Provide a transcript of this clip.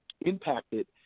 impacted